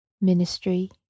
ministry